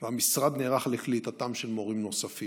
והמשרד נערך לקליטתם של מורים נוספים.